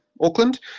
Auckland